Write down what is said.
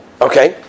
okay